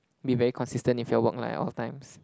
be very consistent with your work like at all times